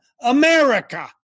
America